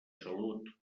salut